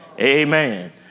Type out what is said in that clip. Amen